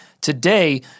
today